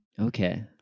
Okay